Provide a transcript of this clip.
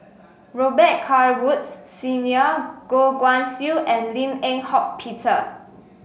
Robet Carr Woods Senior Goh Guan Siew and Lim Eng Hock Peter